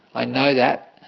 i know that,